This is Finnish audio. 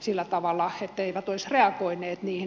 sillä tavalla etteivät olisi reagoineet niihin